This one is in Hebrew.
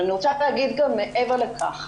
אבל אני רוצה להגיד גם מעבר לכך.